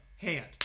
hand